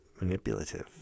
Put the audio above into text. manipulative